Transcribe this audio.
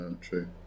true